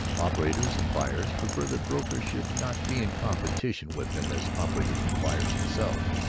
operators and buyers prefer that brokers should not be in competition with them as operators and buyers themselves,